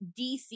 DC